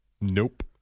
Nope